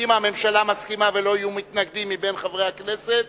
אם הממשלה מסכימה ולא יהיו מתנגדים מבין חברי הכנסת,